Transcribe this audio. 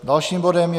Dalším bodem je